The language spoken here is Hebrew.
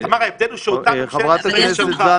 תמר, ההבדל הוא שאותם ממשלת ישראל שלחה.